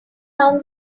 down